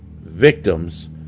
victims